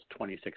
26